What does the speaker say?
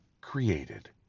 created